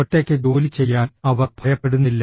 ഒറ്റയ്ക്ക് ജോലി ചെയ്യാൻ അവർ ഭയപ്പെടുന്നില്ല